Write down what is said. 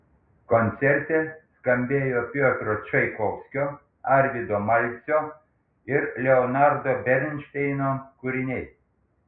koncerte skambėjo piotro čaikovskio arvydo malcio ir leonardo bernšteino kūriniai